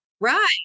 Right